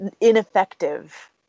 Ineffective